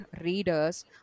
readers